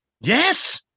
yes